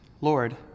Lord